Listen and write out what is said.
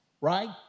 right